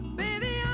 baby